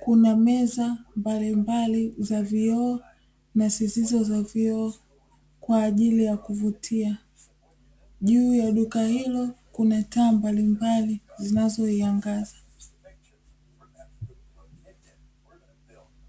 Kuna meza mbalimbali za vioo na zisizo za vioo kwa ajili ya kuvutia, juu ya duka hilo kuna taa mbalimbali zinazoiangaza.